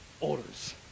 orders